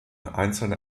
einzelne